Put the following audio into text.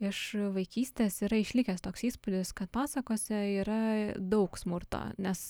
iš vaikystės yra išlikęs toks įspūdis kad pasakose yra daug smurto nes